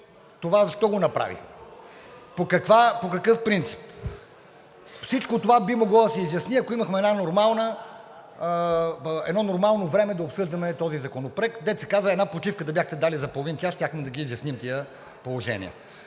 Това защо го направихте? По какъв принцип? Всичко това би могло да се изясни, ако имахме едно нормално време да обсъждаме този законопроект – една почивка за половин час да бяхте дали, щяхме да ги изясним тези положения.